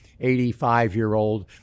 85-year-old